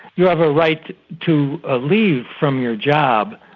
you have a right to leave from your job.